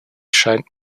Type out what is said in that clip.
scheint